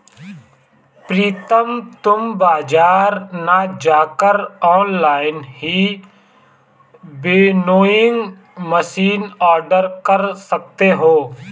प्रितम तुम बाजार ना जाकर ऑनलाइन ही विनोइंग मशीन ऑर्डर कर सकते हो